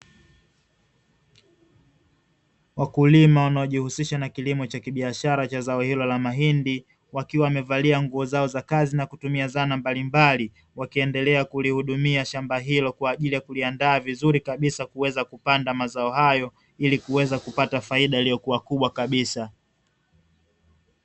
Wakulima wanaojihusisha na kilimo cha kibiashara cha zao hilo la mahindi wakiwa wamevalia nguo zao za kazi na kutumia zana mbalimbali wakiendelea kulihudumia shamba hilo kwa ajili ya kuliandaa vizuri kabisa kuweza kupanda mazao hayo ili kuweza kupata faida iliyokuwa kubwa kabisa